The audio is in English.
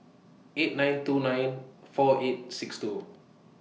eight nine two nine four eight six two